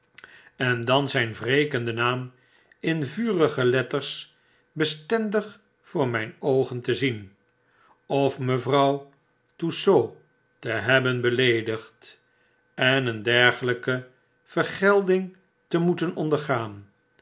en dan zyn wrekenden naam in vurige letters bestendig voor myn oogen te zien ofmevrouwtussaud te hebben beleedigd en een dergelyke vergelding te moeten oadergaan